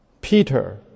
Peter